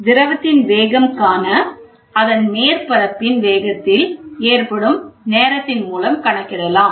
திரவத்தின் வேகம் காண அதன் மேற்பரப்பில் வேகத்தில் ஏற்படும் நேரத்தின் மூலம் கணக்கிடலாம்